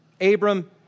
Abram